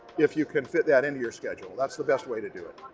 if you can fit that into your schedule, that's the best way to do it.